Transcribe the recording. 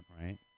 right